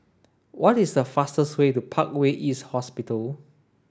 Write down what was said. what is a fastest way to Parkway East Hospital